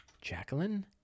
Jacqueline